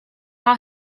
are